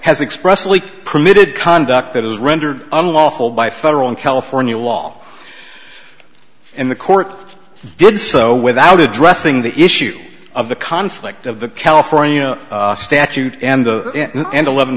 has expressly permitted conduct that is rendered unlawful by federal in california law and the court did so without addressing the issue of the conflict of the california statute and the and eleven